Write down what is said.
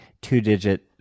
two-digit